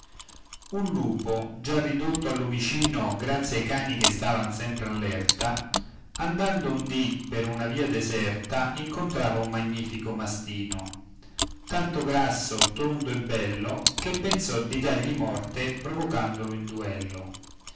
un lupo già ridotto al lumicino grazie ai cani che stavan sempre all'erta andando un dì per una via deserta incontrava un magnifico mastino tanto grasso tondo e bello che pensò di dargli morte provocandolo in duello